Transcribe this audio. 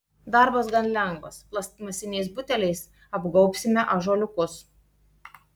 darbas gan lengvas plastmasiniais buteliais apgaubsime ąžuoliukus